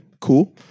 cool